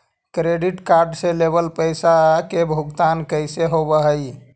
Credit card से लेवल पैसा के भुगतान कैसे होव हइ?